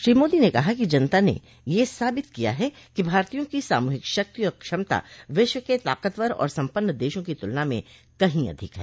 श्री मोदी ने कहा कि जनता ने यह साबित किया है कि भारतीयों की सामूहिक शक्ति और क्षमता विश्व के ताकतवर और सम्पन्न देशों की तुलना में कहीं अधिक है